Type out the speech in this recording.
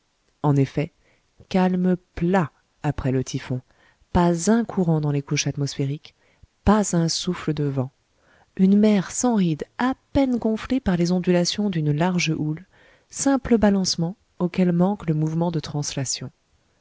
en effet calme plat après le typhon pas un courant dans les couches atmosphériques pas un souffle de vent une mer sans rides à peine gonflée par les ondulations d'une large houle simple balancement auquel manque le mouvement de translation